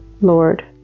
Lord